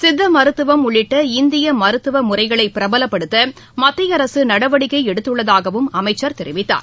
சித்த மருத்துவம் உள்ளிட்ட இந்திய மருத்துவ முறைகளை பிரபலப்படுத்த மத்திய அரசு நடவடிக்கை எடுத்துள்ளதாகவும் அமைச்சர் தெரிவித்தார்